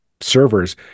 servers